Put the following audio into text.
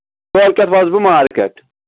کٲلۍ کٮ۪تھ وَسہٕ بہٕ مارکیٹ